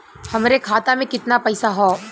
हमरे खाता में कितना पईसा हौ?